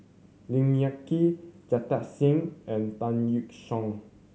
Look Yan Kit Jita Singh and Tan Yeok Seong